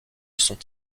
sont